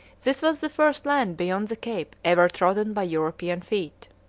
this was the first land beyond the cape ever trodden by european feet.